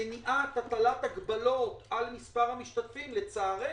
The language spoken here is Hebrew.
במניעת הטלת מגבלות על מספר המשתתפים, לצערנו.